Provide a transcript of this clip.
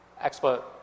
expert